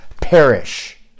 perish